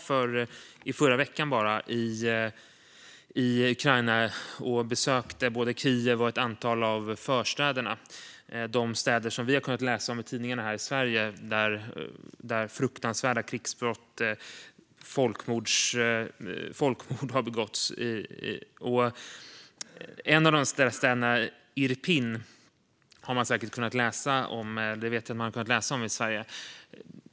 Jag var i förra veckan i Ukraina och besökte både Kiev och ett antal förstäder. Vi här i Sverige har kunnat läsa om städer där fruktansvärda krigsbrott och folkmord har begåtts. En av dessa städer som man har kunnat läsa om i Sverige är Irpin.